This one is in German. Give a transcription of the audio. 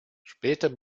später